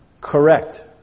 correct